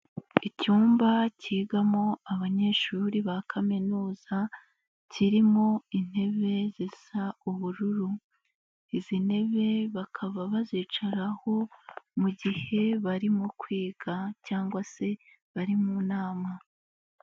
Icyumba kigamo abanyeshuri ba kaminuza kirimo intebe zisa ubururu, izi ntebe bakaba bazicaraho mu gihe barimo kwiga cyangwa se bari mu nama.